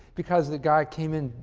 because the guy came in,